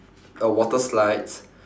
got water slides